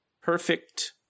Perfect